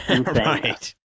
Right